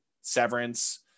Severance